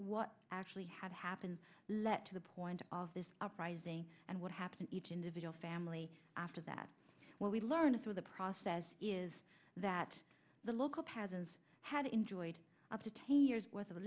what actually had happened let to the point of this uprising and what happened each individual family after that what we learned through the process is that the local peasants had enjoyed up to ten years worth of